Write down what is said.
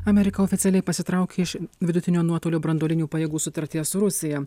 amerika oficialiai pasitraukė iš vidutinio nuotolio branduolinių pajėgų sutarties su rusija